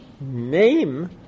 name